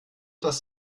das